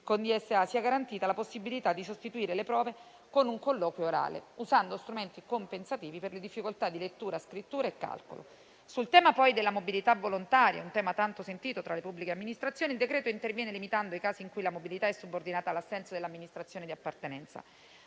con DSA sia garantita la possibilità di sostituire le prove con un colloquio orale, usando strumenti compensativi per le difficoltà di lettura, scrittura e calcolo. Sul tema della mobilità volontaria, tanto sentito tra le pubbliche amministrazioni, il decreto interviene limitando i casi in cui essa è subordinata all'assenso dell'amministrazione di appartenenza.